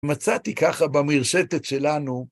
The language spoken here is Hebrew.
מצאתי ככה במרשתת שלנו.